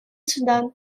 судан